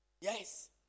Yes